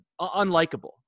unlikable